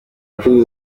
bucuti